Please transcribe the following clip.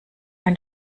ein